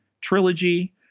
trilogy